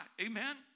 Amen